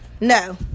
no